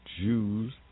Jews